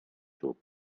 xup